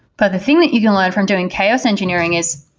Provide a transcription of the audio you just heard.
but the thing that you can learn from doing chaos engineering is,